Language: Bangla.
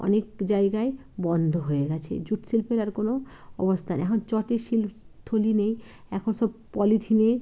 অনেক জায়গায় বন্ধ হয়ে গেছে জুট শিল্পের আর কোনো অবস্থান নেই এখন চটের শিল থলি নেই এখন সব পলিথিনে